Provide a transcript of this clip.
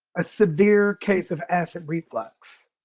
a severe case of acid reflux.